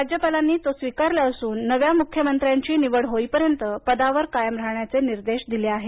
राज्यपालांनी तो स्वीकारला असून नव्या मुख्यमंत्र्यांची निवड होईपर्यंत पदावर कायम राहण्याचे निर्देश दिले आहेत